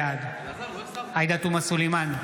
בעד עאידה תומא סלימאן,